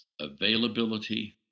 availability